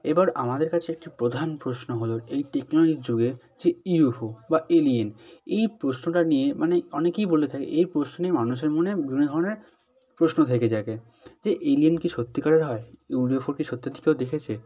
এবার আমাদের কাছে একটি প্রধান প্রশ্ন হল এই টেকনোলজির যুগে যে ইউএফও বা এলিয়েন এই প্রশ্নটা নিয়ে মানে অনেকেই বলে থাকে এই প্রশ্নে মানুষের মনে বিভিন্ন ধরনের প্রশ্ন থেকে থাকে যে এলিয়েন কি সত্যিকারের হয় ইউএফও কি সত্যি সত্যি কেউ দেখেছে